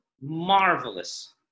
marvelous